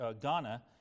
Ghana